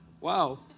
Wow